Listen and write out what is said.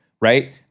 right